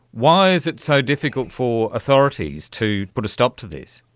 why is it so difficult for authorities to put a stop to this?